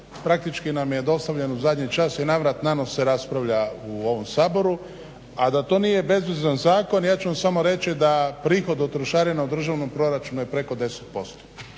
Praktički nam je dostavljen u zadnji čas i na vrat na nos se raspravlja u ovom Saboru. A da to nije bezvezan zakon ja ću vam samo reći da prihod od trošarina u državnom proračunu je preko 10%,